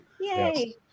Yay